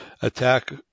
attack